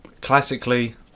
classically